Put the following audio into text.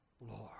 Lord